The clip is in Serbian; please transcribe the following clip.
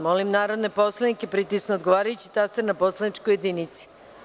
Molim narodne poslanike da pritisnu odgovarajući taster na poslaničkoj jedinici.